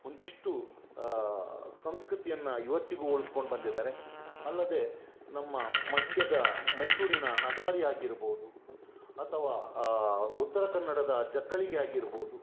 ಒಂದಿಷ್ಟು ಸಂಸ್ಕೃತಿಯನ್ನು ಇವತ್ತಿಗೂ ಉಳ್ಸ್ಕೊಂಡು ಬಂದಿದ್ದಾರೆ ಅಲ್ಲದೆ ನಮ್ಮ ಮಂಡ್ಯದ ಮೈಸೂರಿನ ನಗಾರಿ ಆಗಿರ್ಬೋದು ಅಥವಾ ಉತ್ತರ ಕನ್ನಡದ ಜಗ್ಗಳಿಗೆ ಆಗಿರ್ಬೋದು